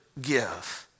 give